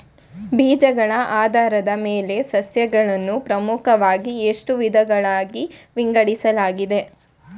ಬೀಜಗಳ ಆಧಾರದ ಮೇಲೆ ಸಸ್ಯಗಳನ್ನು ಪ್ರಮುಖವಾಗಿ ಎಷ್ಟು ವಿಧಗಳಾಗಿ ವಿಂಗಡಿಸಲಾಗಿದೆ?